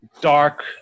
dark